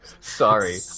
sorry